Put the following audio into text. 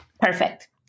Perfect